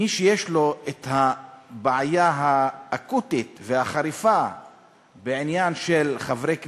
מי שיש לו את הבעיה האקוטית והחריפה בעניין של חברי כנסת,